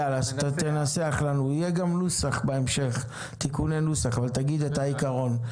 יהיו גם תיקוני נוסח בהמשך אבל תגיד את העיקרון.